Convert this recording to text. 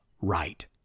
right